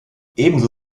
ebenso